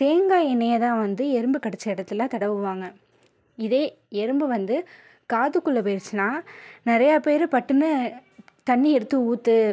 தேங்காய் எண்ணெயை தான் வந்து எறும்பு கடித்த இடத்துல தடவுவாங்க இதே எறும்பு வந்து காதுக்குள்ளே போயிடுச்சின்னால் நிறையா பேர் பட்டுன்னு தண்ணி எடுத்து ஊற்று